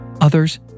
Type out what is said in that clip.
others